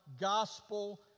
gospel